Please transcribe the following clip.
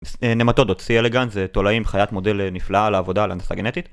נמטודות, סי אלגן זה תולעים חיית מודל נפלאה לעבודה על הנדסה גנטית